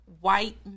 white